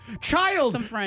Child